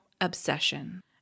obsession